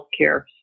healthcare